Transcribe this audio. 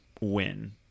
win